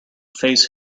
face